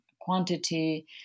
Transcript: quantity